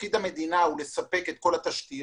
תפקיד המדינה הוא לספק את כל התשתיות